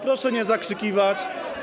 Proszę nie zakrzykiwać.